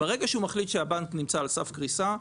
ברגע שהוא מחליט שהבנק נמצא על סף קריסה,